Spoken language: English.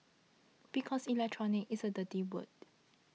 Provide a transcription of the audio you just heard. because Electronic is a dirty word